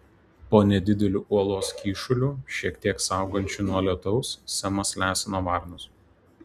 po nedideliu uolos kyšuliu šiek tiek saugančiu nuo lietaus semas lesino varnus